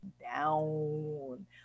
down